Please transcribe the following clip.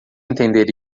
entender